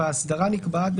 (7) האסדרה נקבעת,